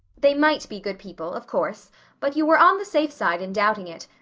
they might be good people, of course but you were on the safe side in doubting it.